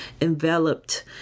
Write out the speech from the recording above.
enveloped